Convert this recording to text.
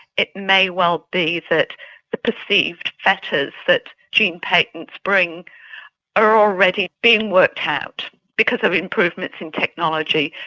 it may well be that the perceived fetters that gene patents bring are already being worked out because of improvements in technology,